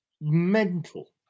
mental